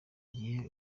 gihe